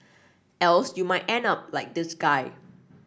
else you might end up like this guy